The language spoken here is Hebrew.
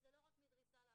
אנחנו